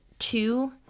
two